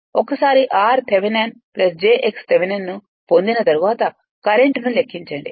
ఒకసారి r Thevenin j x Thevenin ను పొందిన తర్వాత కరెంట్ను లెక్కించండి